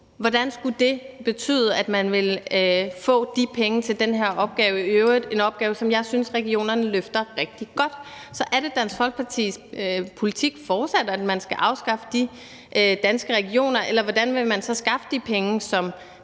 Hvordan skulle det betyde, at man ville få de penge til den her opgave – i øvrigt en opgave, som jeg synes regionerne løfter rigtig godt? Så er det fortsat Dansk Folkepartis politik, at man skal afskaffe de danske regioner, eller hvordan vil man ellers skaffe de penge, som